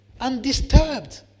undisturbed